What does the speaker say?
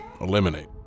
eliminate